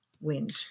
wind